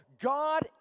God